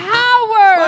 power